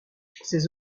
ces